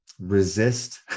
resist